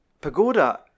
Pagoda